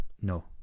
no